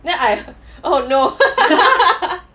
then I oh no